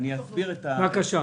אתה יודע